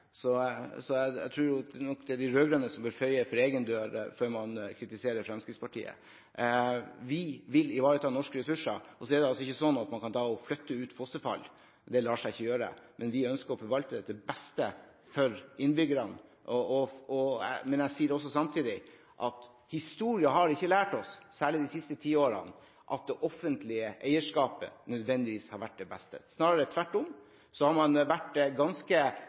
Så jeg tror nok de rød-grønne bør feie for egen dør før de begynner å kritisere Fremskrittspartiet. Vi vil ivareta norske ressurser. Man kan ikke flytte ut fossefall – det lar seg ikke gjøre. Vi ønsker å forvalte dette til det beste for innbyggerne, men jeg sier også samtidig at historien ikke har lært oss – særlig de siste tiårene – at det offentlige eierskapet nødvendigvis har vært det beste, snarere tvert imot. Man har vært ganske